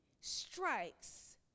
strikes